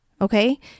Okay